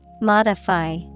Modify